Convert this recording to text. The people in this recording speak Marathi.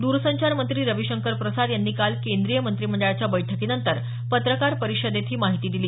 द्रसंचार मंत्री रविशंकर प्रसाद यांनी काल केंद्रीय मंत्रिमंडळाच्या बैठकीनंतर पत्रकार परिषदेत ही माहिती दिली